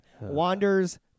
Wanders